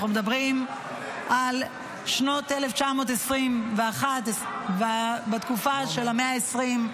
אנחנו מדברים על שנת 1921, בתקופה של המאה ה-20.